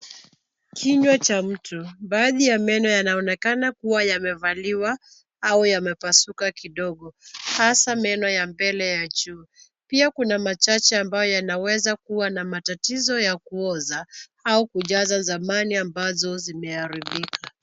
Kinywa cha mtu, baadhi ya meno yanaonekana kuwa yamevaliwa au yamepasuka kidogo, hasaa meno ya mbele ya juu, pia kuna machache ambayo yanaweza kuwa na matatizo ya kuoza au kujaza zamani ambazo zimeharibika.